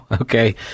okay